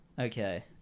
Okay